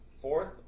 fourth